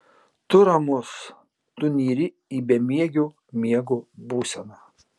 tu ramus tu nyri į bemiegio miego būseną